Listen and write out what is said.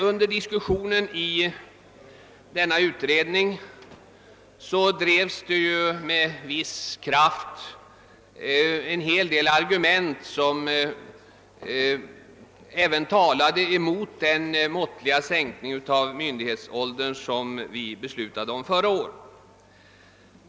Under diskussionen i denna utredning framfördes med viss kraft en hel del argument som talade emot den måttliga sänkning av myndighetsåldern, som vi fattade beslut om då.